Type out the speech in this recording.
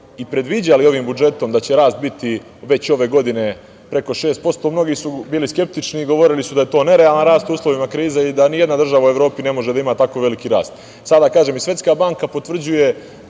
i predviđali ovim budžetom, da će rast biti ove godine preko 6 posto, mnogi su bili skeptični i govorili su da je to nerealan rast u uslovima krize u Evropi i da nijedna država ne može da ima tako veliki rast. Sada kažem, i Svetska banka potvrđuje